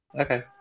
Okay